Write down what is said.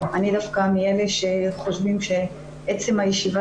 אני דווקא מאלה שחושבים שעצם הישיבה